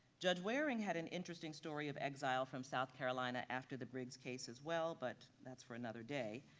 judge waring had an interesting story of exile from south carolina after the briggs case as well, but that's for another day.